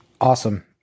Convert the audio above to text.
Awesome